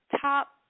top